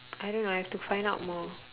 I don't know I have to find out more